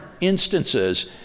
instances